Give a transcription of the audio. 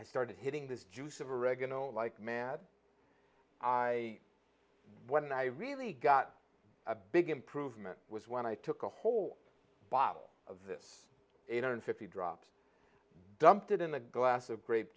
i started hitting this juice of oregano like mad i when i really got a big improvement was when i took a whole bottle of this eight hundred fifty drops dumped it in a glass of grape